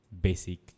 basic